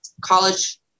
college